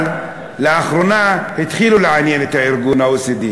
אבל לאחרונה הם התחילו לעניין את ה-OECD.